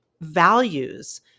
values